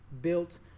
built